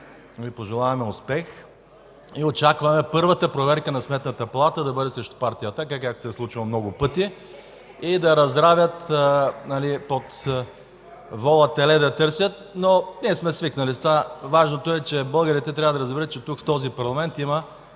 Ви пожелаваме успех. Очакваме първата проверка на Сметната палата да бъде срещу Партия „Атака”, както се е случвало много пъти, и да разравят – под вола теле да търсят, но ние сме свикнали с това. Важното е българите да разберат, че тук, в този парламент, има